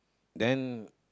then